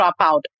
dropout